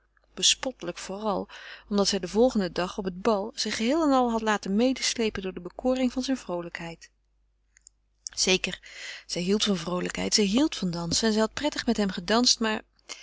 bespottelijk vooral omdat zij den volgenden dag op het bal zich geheel en al had laten medesleepen door de bekoring van zijne vroolijkheid zeker zij hield van dansen en zij had prettig met hem gedanst maar